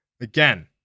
Again